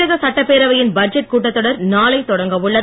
தமிழக சட்டப்பேரவையின் பட்ஜெட் கூட்டத்தொடர் நானை தொடங்கவுள்ளது